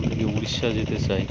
আম উড়িষ্যা যেতে চাই